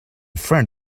friend